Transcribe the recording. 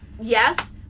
Yes